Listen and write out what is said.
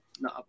no